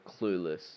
clueless